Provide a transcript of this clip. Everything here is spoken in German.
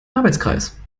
arbeitskreis